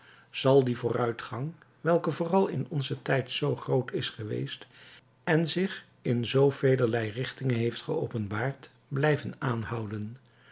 zal die vooruitgang welke vooral in onzen tijd zoo groot is geweest en zich in zoo velerlei richtingen heeft geopenbaard blijven aanhouden